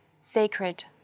sacred